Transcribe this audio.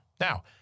Now